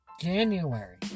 January